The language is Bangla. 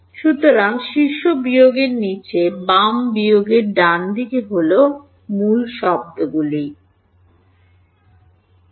সুতরাং শীর্ষ বিয়োগের নীচের বামে বিয়োগের ডানদিকে হল মূলশব্দগুলি হল